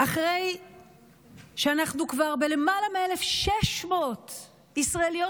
אחרי שאנחנו כבר בלמעלה מ-1,600 ישראליות